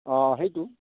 অঁ সেইটো